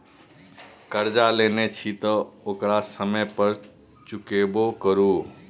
करजा लेने छी तँ ओकरा समय पर चुकेबो करु